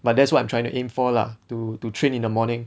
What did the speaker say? but that's what I'm trying to aim for lah to to train in the morning